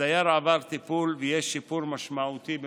הדייר עבר טיפול ויש שיפור משמעותי במצבו.